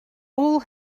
all